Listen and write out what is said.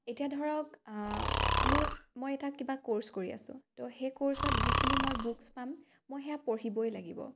এতিয়া ধৰক মোৰ মই এটা কিবা কৰ্চ কৰি আছোঁ তো সেই কৰ্ছত যিখিনি মই বুকছ পাম মই সেয়া পঢ়িবই লাগিব